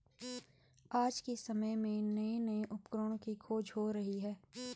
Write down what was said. आज के समय में नये नये उपकरणों की खोज हो रही है